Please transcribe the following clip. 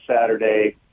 Saturday